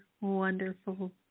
wonderful